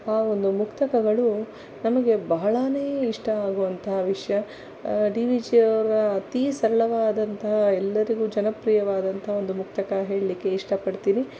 ಆ ಒಂದು ಮುಕ್ತಕಗಳು ನಮಗೆ ಬಹಳಾ ಇಷ್ಟ ಆಗುವಂತಹ ವಿಷಯ ಡಿವಿಜಿಯವರ ಅತೀ ಸರಳವಾದಂತಹ ಎಲ್ಲರಿಗೂ ಜನಪ್ರಿಯವಾದಂಥ ಒಂದು ಮುಕ್ತಕ ಹೇಳಲಿಕ್ಕೆ ಇಷ್ಟಪಡ್ತೀನಿ